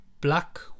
Black